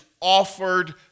offered